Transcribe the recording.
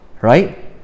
right